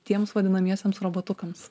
tiems vadinamiesiems robotukams